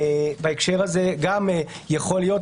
גם יכול להיות,